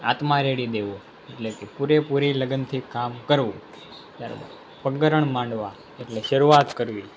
આત્મા રેડી દેવો એટલે કે પૂરેપૂરી લગનથી કામ કરવું પગરણ માંડવા એટલે શરૂઆત કરવી